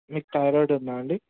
మీకు థైరాయిడ్ ఉందా అండి